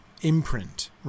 imprint